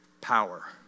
power